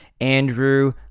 Andrew